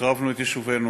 החרבנו את יישובינו,